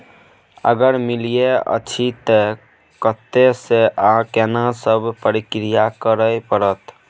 अगर मिलय अछि त कत्ते स आ केना सब प्रक्रिया करय परत?